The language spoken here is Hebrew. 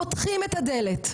פותחים את הדלת,